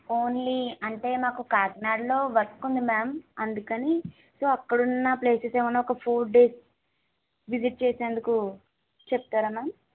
only అంటే నాకు కాకినాడలో వర్క్ ఉంది మ్యామ్ అందుకని సో అక్కడున్నప్లేసెస్స్ ఏమన్నా ఫోర్ డేస్ విసిట్ చేసేందుకు చెప్తారా మ్యామ్